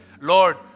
Lord